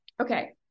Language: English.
Okay